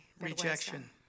Rejection